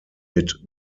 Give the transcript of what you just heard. mit